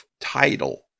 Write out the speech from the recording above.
title